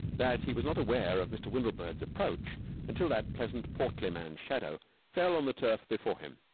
that he was not aware of mr. windlebird's approach until that pleasant, portly man's shadow fell on the turf before him.